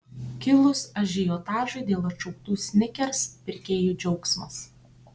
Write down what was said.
kilus ažiotažui dėl atšauktų snickers pirkėjų džiaugsmas